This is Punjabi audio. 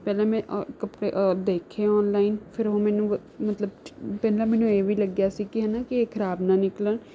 ਪਹਿਲਾਂ ਮੈਂ ਕੱਪੜੇ ਦੇਖੇ ਔਨਲਾਇਨ ਫਿਰ ਉਹ ਮੈਨੂੰ ਮ ਮਤਲਬ ਪਹਿਲਾਂ ਮੈਨੂੰ ਇਹ ਵੀ ਲੱਗਿਆ ਸੀ ਕਿ ਹੈ ਨਾ ਕਿ ਇਹ ਖਰਾਬ ਨਾ ਨਿਕਲਣ